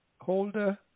Holder